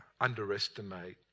underestimate